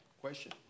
question